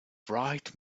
bright